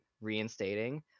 reinstating